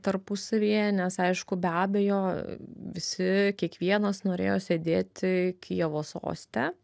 tarpusavyje nes aišku be abejo visi kiekvienas norėjo sėdėti kijevo soste